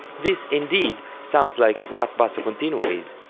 this, indeed, sounds like what basso continuo is,